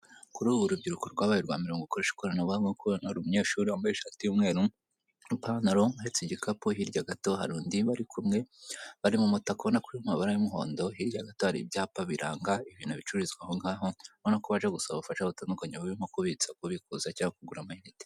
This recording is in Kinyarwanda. Kuri ubu urubyiruko rwabaye urwa mbere mu gukoresha ikoranabuhanga. Kuko hano hari umunyeshuri wambaye ishti y'umweru, ipantaro uheste igikapu. Hirya gato hari undi bari kumwe, bari mu mutaka ubona ko uri mu mabara y'umuhondo. Hirya gato hari ibyapa biranga, ibintu bicururizwa aho ngaho. Urabona ko baje gusaba ubufasha butandukanye burimo: kubitsa, kubikuza cyangwa kugura amayinite.